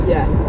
Yes